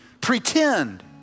Pretend